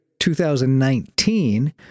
2019